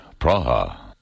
Praha